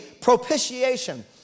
propitiation